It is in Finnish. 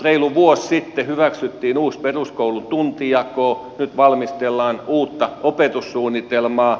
reilu vuosi sitten hyväksyttiin uusi peruskoulun tuntijako nyt valmistellaan uutta opetussuunnitelmaa